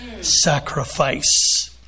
sacrifice